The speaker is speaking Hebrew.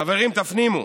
חברים, תפנימו: